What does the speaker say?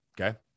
okay